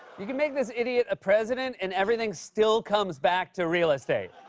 you can make this idiot a president and everything still comes back to real estate.